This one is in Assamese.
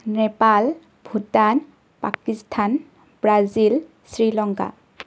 নেপাল ভূটান পাকিস্তান ব্ৰাজিল শ্ৰীলংকা